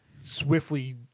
Swiftly